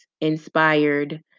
inspired